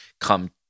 come